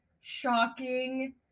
shocking